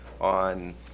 on